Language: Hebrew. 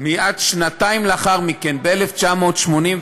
מייד, שנתיים לאחר מכן, ב-1982,